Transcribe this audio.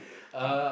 uh